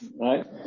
right